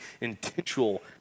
intentional